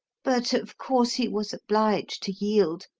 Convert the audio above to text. but of course, he was obliged to yield,